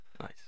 Nice